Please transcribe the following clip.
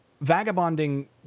vagabonding